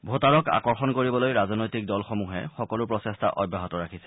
ভোটাৰত আকৰ্ষণ কৰিবলৈ ৰাজনৈতিক দলসমূহে সকলো প্ৰচেষ্টা অব্যাহত ৰাখিছে